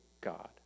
God